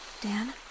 Dan